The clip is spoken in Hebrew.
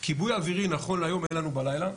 כיבוי אווירי נכון להיום אין לנו בלילה.